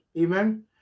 Amen